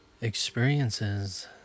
experiences